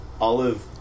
Olive